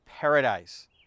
paradise